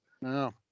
No